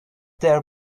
their